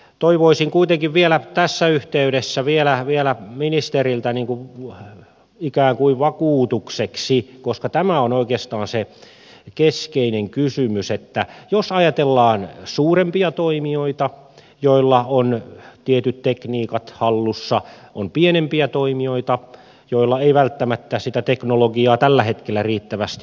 toivoisin kuitenkin vielä tässä yhteydessä ministeriltä ikään kuin vakuutukseksi koska tämä on oikeastaan se keskeinen kysymys että jos ajatellaan suurempia toimijoita joilla on tietyt tekniikat hallussa on pienempiä toimijoita joilla ei välttämättä sitä teknologiaa tällä hetkellä riittävästi